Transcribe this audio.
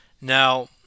Now